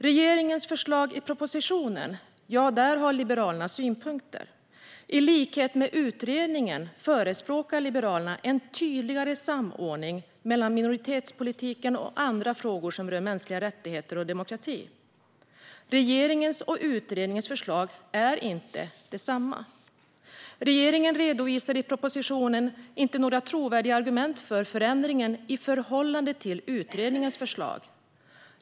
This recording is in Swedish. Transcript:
Regeringens förslag i propositionen har Liberalerna synpunkter på. I likhet med utredningen förespråkar Liberalerna en tydligare samordning mellan minoritetspolitiken och andra frågor som rör mänskliga rättigheter och demokrati. Regeringens förslag är inte detsamma som utredningens förslag. Regeringen redovisar i propositionen inte några trovärdiga argument för förändringen i förhållande till utredningens förslag.